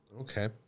Okay